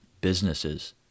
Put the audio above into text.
businesses